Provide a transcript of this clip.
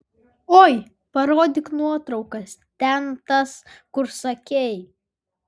oi parodyk nuotraukas ten tas kur sakei